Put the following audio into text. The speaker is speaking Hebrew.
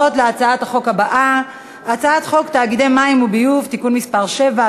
הצעת חוק הסדרים במשק המדינה (תיקוני חקיקה) (תיקון מס' 14),